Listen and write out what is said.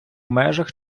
межах